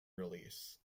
release